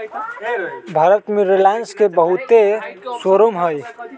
भारत में रिलाएंस के बहुते शोरूम हई